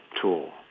tool